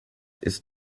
ist